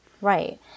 Right